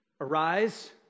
arise